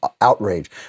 outrage